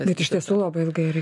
bet iš tiesų labai ilgai rei